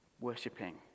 worshipping